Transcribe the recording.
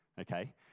okay